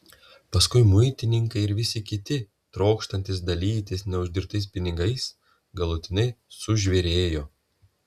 paskui muitininkai ir visi kiti trokštantys dalytis neuždirbtais pinigais galutinai sužvėrėjo